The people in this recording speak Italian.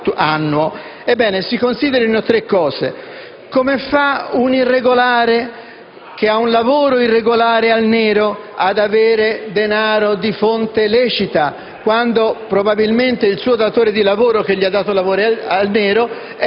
Ebbene, si considerino tre aspetti. Come fa un irregolare, che ha un lavoro irregolare a nero, ad avere denaro di fonte lecita, quando probabilmente il suo datore di lavoro, che gli ha dato lavoro a nero,